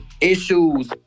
issues